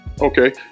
Okay